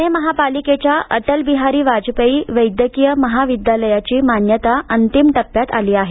पुणे महापालिकेच्या अटल बिहारी वाजपेयी वैद्यकीय महाविद्यालयाची मान्यता अंतिम टप्प्यात आली आहे